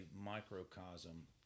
microcosm